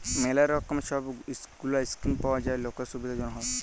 ম্যালা রকমের সব গুলা স্কিম পাওয়া যায় লকের সুবিধার জনহ